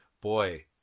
boy